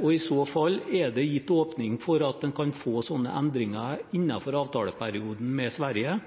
og i så fall: Er det gitt åpning for at man kan få sånne endringer innenfor avtaleperioden med Sverige